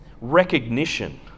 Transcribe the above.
recognition